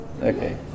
Okay